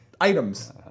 items